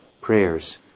prayers